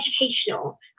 educational